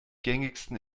gängigsten